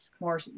more